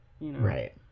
Right